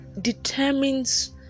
determines